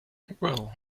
well